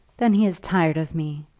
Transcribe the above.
then he is tired of me.